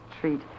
treat